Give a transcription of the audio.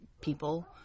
people